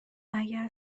اگر